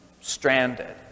stranded